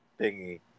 thingy